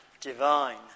divine